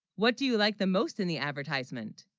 what do you like the most in the advertisement